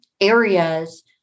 areas